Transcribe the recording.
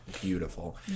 Beautiful